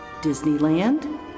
Disneyland